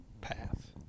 path